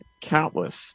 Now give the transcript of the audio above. countless